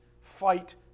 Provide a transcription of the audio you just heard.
fight